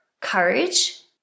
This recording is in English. courage